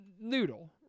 noodle